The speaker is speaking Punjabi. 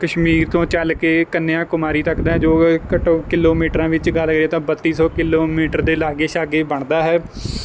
ਕਸ਼ਮੀਰ ਤੋਂ ਚੱਲ ਕੇ ਕੰਨਿਆ ਕੁਮਾਰੀ ਤੱਕ ਦਾ ਜੋ ਘੱਟੋ ਕਿਲੋਮੀਟਰਾਂ ਵਿੱਚ ਤਾਂ ਬੱਤੀ ਸੌ ਕਿਲੋਮੀਟਰ ਦੇ ਲਾਗੇ ਛਾਗੇ ਬਣਦਾ ਹੈ